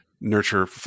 nurture